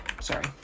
sorry